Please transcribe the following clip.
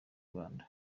rwanda